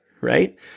Right